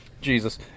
jesus